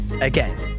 again